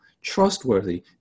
trustworthy